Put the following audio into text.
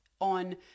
on